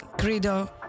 credo